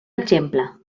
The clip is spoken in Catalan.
exemple